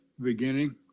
beginning